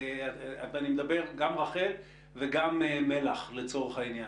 ואני מדבר גם על רח"ל וגם על מל"ח לצורך העניין.